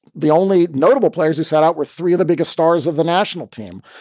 the only notable players who sat out were three of the biggest stars of the national team.